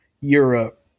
Europe